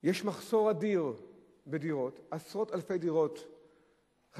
יש מחסור אדיר בדירות, עשרות אלפי דירות חסרות.